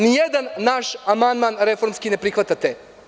Nijedan naš amandman reformski ne prihvatate.